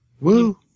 Woo